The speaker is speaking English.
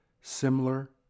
similar